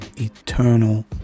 eternal